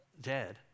dead